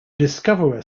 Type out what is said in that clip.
discoverer